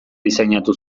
diseinatu